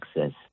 access